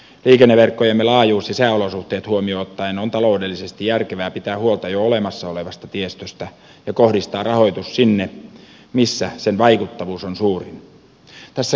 liikenneverkkojemme laajuus ja sääolosuhteet huomioon ottaen on taloudellisesti järkevää pitää huolta jo olemassa olevasta tiestöstä ja kohdistaa rahoitus sinne missä sen vaikuttavuus on suurin